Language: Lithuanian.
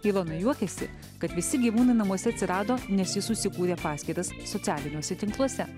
ilona juokiasi kad visi gyvūnai namuose atsirado nes ji susikūrė paskyras socialiniuose tinkluose